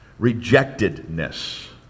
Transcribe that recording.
rejectedness